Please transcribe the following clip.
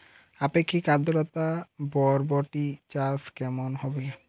আপেক্ষিক আদ্রতা বরবটি চাষ কেমন হবে?